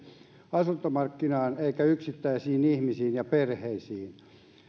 asuntomarkkinaan eikä yksittäisiin ihmisiin ja perheisiin